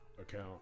account